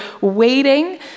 waiting